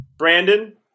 Brandon